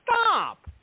Stop